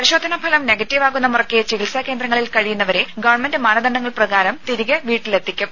പരിശോധനാ ഫലം നെഗറ്റീവ് ആകുന്ന മുറയ്ക്ക് ചികിത്സാ കേന്ദ്രങ്ങളിൽ കഴിയുന്നവരെ ഗവൺമെന്റ് മാനദണ്ഡങ്ങൾ പ്രകാരം തിരികെ വീട്ടിലെത്തിക്കും